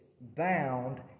bound